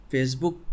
Facebook